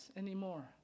anymore